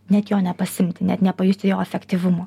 net jo nepasiimti net nepajusti jo efektyvumo